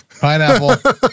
pineapple